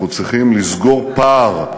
אנחנו צריכים לסגור פער,